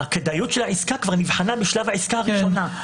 הכדאיות של העסקה כבר נבחנה כבר בשלב העסקה הראשונה.